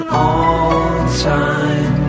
all-time